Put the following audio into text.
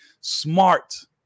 Smart